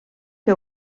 que